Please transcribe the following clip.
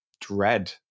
dread